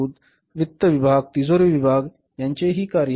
टणकातील वित्त विभाग तिजोरी विभाग यांचे हे कार्य आहे